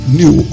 new